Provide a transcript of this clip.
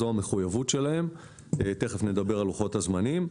זו המחויבות שלהם ותכף נדבר על לוחות הזמנים.